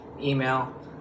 email